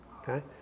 Okay